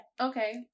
Okay